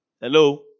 Hello